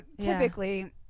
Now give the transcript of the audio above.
typically